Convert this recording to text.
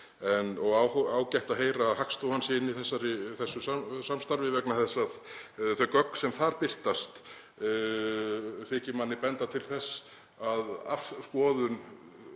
og ágætt að heyra að Hagstofan sé inni í þessu samstarfi vegna þess að þau gögn sem þar birtast þykja manni benda til þess að skoðun